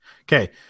Okay